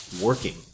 working